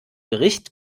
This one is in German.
gericht